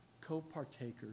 co-partakers